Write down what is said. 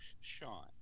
Sean